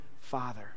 Father